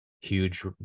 huge